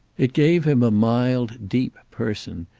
it gave him a mild deep person,